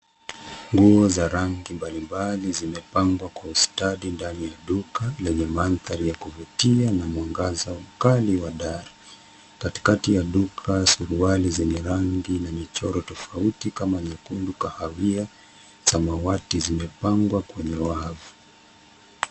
Nguo za rangi mbalimbali zimepangwa kwa ustadi ndani ya duka lenye mandhari ya kuvutia na mwangaza mkali wa dari. Katikati ya duka suruali zenye rangi na michoro tofauti kama nyekundu, kahawia, samawati zimepangwa kwenye wavu.